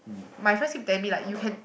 my friends keep tell me like you can